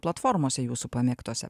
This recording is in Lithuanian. platformose jūsų pamėgtuose